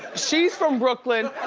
she's from brooklyn,